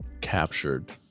captured